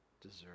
deserve